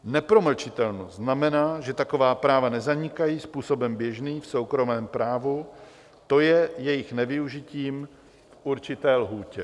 Nepromlčitelnost znamená, že taková práva nezanikají způsobem běžným v soukromém právu, to je jejich nevyužitím v určité lhůtě.